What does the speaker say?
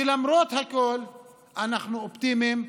שלמרות הכול אנחנו אופטימיים,